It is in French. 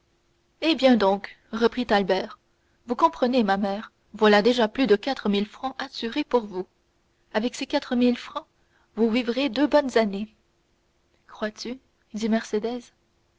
eh bien donc reprit albert vous comprenez ma mère voilà déjà plus de quatre mille francs assurés pour vous avec ces quatre mille francs vous vivrez deux bonnes années crois-tu dit mercédès ces